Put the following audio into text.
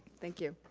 thank you.